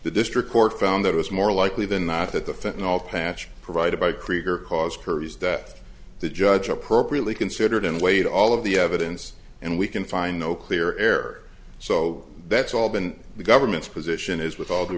the district court found that it's more likely than not that the fitting all patched provided by krieger cause curry's that the judge appropriately considered and weighed all of the evidence and we can find no clear air so that's all been the government's position is with all due